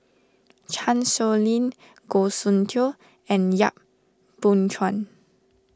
Chan Sow Lin Goh Soon Tioe and Yap Boon Chuan